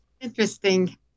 interesting